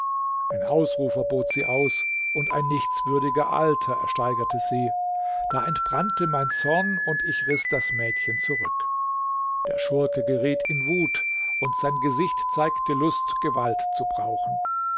ein ausrufer bot sie aus und ein nichtswürdiger alter steigerte sie da entbrannte mein zorn und ich riß das mädchen zurück der schurke geriet in wut und sein gesicht zeigte lust gewalt zu gebrauchen